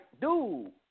dude